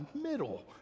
middle